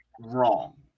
wrong